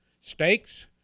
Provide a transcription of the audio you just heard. Steaks